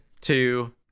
two